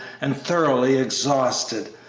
and thoroughly exhausted,